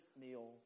meal